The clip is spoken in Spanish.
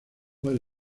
fue